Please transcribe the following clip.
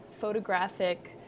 photographic